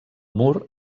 mur